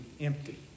empty